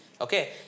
okay